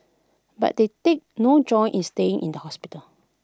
but they take no joy in staying in the hospital